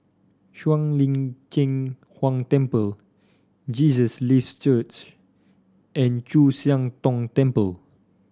Shuang Lin Cheng Huang Temple Jesus Lives Church and Chu Siang Tong Temple